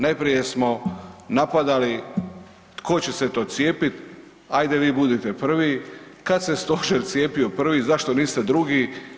Najprije smo napadali tko će se to cijepit, ajde vi budite prvi, kad se stožer cijepio prvi, zašto niste drugi.